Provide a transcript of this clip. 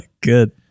Good